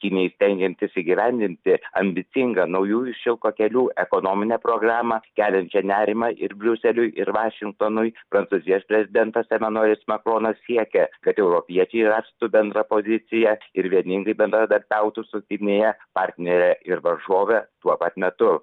kinijai stengiantis įgyvendinti ambicingą naujųjų šilko kelių ekonominę programą keliančią nerimą ir briuseliui ir vašingtonui prancūzijos prezidentas emanuelis makronas siekia kad europiečiai rastų bendrą poziciją ir vieningai bendradarbiautų su kinija partnere ir varžove tuo pat metu